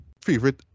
favorite